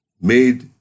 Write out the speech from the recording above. made